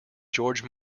george